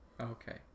Okay